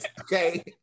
okay